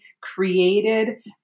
created